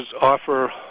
offer